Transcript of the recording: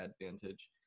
advantage